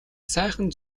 сайхан